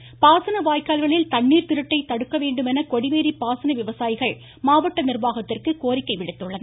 இந்நிலையில் பாசன வாய்க்கால்களில் தண்ணீர் திருட்டை தடுக்க வேண்டும் என கொடிவோி பாசன விவசாயிகள் மாவட்ட நிர்வாகத்திற்கு கோரிக்கை விடுத்துள்ளனர்